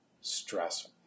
stress